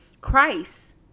Christ